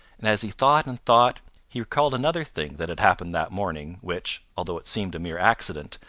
and as he thought and thought, he recalled another thing that had happened that morning, which, although it seemed a mere accident,